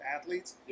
athletes